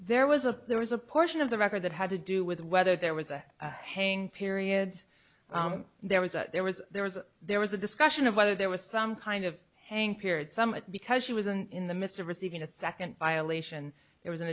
there was a there was a portion of the record that had to do with whether there was a hang period there was that there was there was there was a discussion of whether there was some kind of hang period some because she was in the midst of receiving a second violation there was an